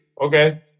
Okay